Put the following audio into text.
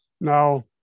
Now